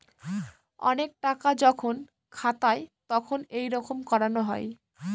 অনেক টাকা যখন খাতায় তখন এইরকম করানো হয়